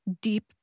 deep